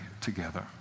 together